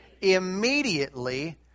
Immediately